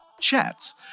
chats